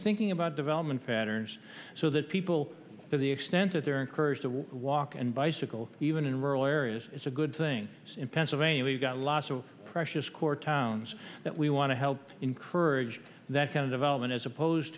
thinking about development patterns so that people to the extent that they're encouraged to walk and bicycle even in rural areas it's a good thing in pennsylvania we've got a lot so precious corps towns that we want to help encourage that kind of development as opposed